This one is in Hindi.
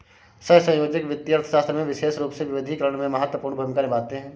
सहसंयोजक वित्तीय अर्थशास्त्र में विशेष रूप से विविधीकरण में महत्वपूर्ण भूमिका निभाते हैं